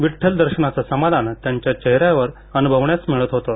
विद्रल दर्शनाचं समाधान त्यांच्या चेहऱ्यावर अन्भवण्यास मिळत होतं